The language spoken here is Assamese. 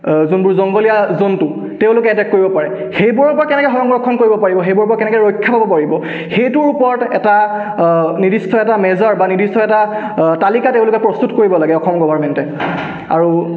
যোনবোৰ জংঘলীয়া জন্তু তেওঁলোকে এটেক কৰিব পাৰে সেইবোৰৰ পৰা কেনেকৈ সংৰক্ষণ কৰিব পাৰিব সেইবোৰৰ পৰা কেনেকৈ ৰক্ষা পাব পাৰিব সেইটোৰ ওপৰত এটা নিৰ্দিষ্ট এটা মেজাৰ বা নিৰ্দিষ্ট এটা তালিকা তেওঁলোকে প্ৰস্তুত কৰিব লাগে অসম গভাৰ্ণমেণ্টে আৰু